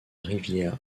rivière